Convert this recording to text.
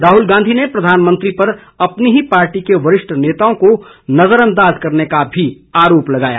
राहुल गांधी ने प्रधानमंत्री पर अपनी ही पार्टी के वरिष्ठ नेताओं को नजरअंदाज करने का आरोप भी लगाया